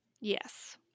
Yes